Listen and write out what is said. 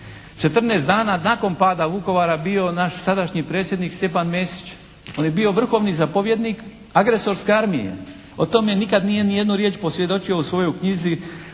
14 dana nakon pada Vukovara bio naš sadašnji predsjednik Stjepan Mesić. On je bio vrhovni zapovjednik agresorske armije. O tome nikad nije ni jednu riječ posvjedočio u svojoj knjizi